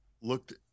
looked